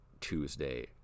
Tuesday